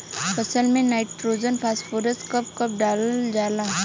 फसल में nitrogen phosphorus कब कब डालल जाला?